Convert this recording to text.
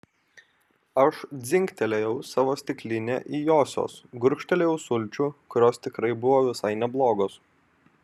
aš dzingtelėjau savo stikline į josios gurkštelėjau sulčių kurios tikrai buvo visai neblogos